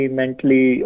mentally